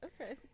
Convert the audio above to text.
Okay